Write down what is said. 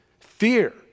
Fear